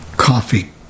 coffee